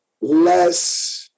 less